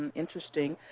interesting.